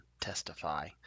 testify